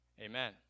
Amen